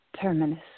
Terminus